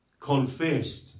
confessed